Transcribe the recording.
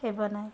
ହେବ ନାହିଁ